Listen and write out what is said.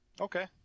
Okay